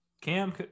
Cam